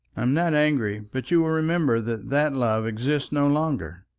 am not angry but you will remember that that love exists no longer?